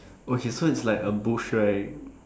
okay so it's like a bush right